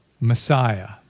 Messiah